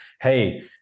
Hey